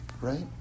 Right